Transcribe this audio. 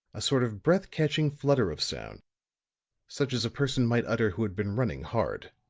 a sort of breath-catching flutter of sound such as a person might utter who had been running hard.